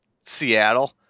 Seattle